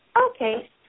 Okay